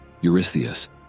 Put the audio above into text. Eurystheus